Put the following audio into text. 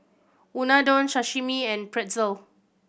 Unadon Sashimi and Pretzel